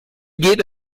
geht